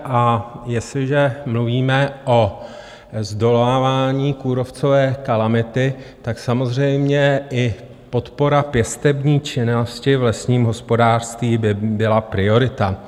A jestliže mluvíme o zdolávání kůrovcové kalamity, samozřejmě i podpora pěstební činnosti v lesním hospodářství by byla priorita.